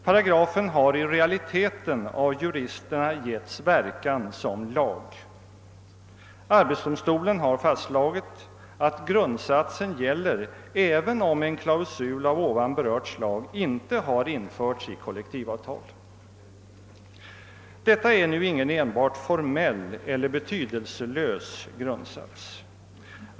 Paragrafen har i realiteten av juristerna givits verkan som lag. Arbetsdomstolen har fastslagit att grundsatsen gäller även om en klausul av ovan berört slag inte har införts i kollektivavtal. Detta är ingen enbart formell eller betydelselös grundsats.